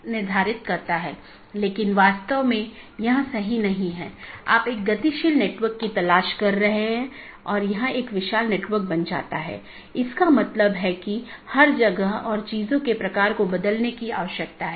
एक stub AS केवल स्थानीय ट्रैफ़िक ले जा सकता है क्योंकि यह AS के लिए एक कनेक्शन है लेकिन उस पार कोई अन्य AS नहीं है